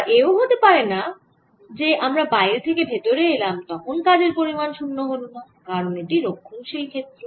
আবার এও হতে পারেনা যে আমরা বাইরে থেকে ভেতরে এলাম তখন কাজের পরিমাণ শূন্য হলনা কারণ এটি রক্ষণশীল ক্ষেত্র